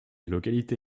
localité